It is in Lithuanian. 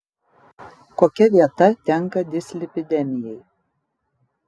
kokia vieta tenka dislipidemijai